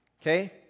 Okay